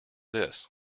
this